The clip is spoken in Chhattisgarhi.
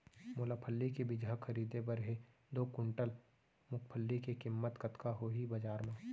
मोला फल्ली के बीजहा खरीदे बर हे दो कुंटल मूंगफली के किम्मत कतका होही बजार म?